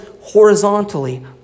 horizontally